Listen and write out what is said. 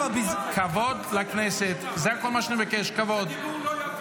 כבוד לכנסת, זה כל מה שאני מבקש, כבוד.